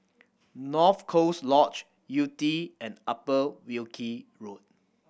North Coast Lodge Yew Tee and Upper Wilkie Road